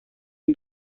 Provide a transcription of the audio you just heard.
این